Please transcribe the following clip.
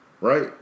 Right